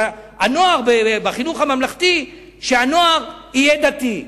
שהנוער בחינוך הממלכתי יהיה דתי,